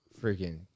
freaking